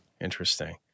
interesting